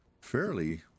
fairly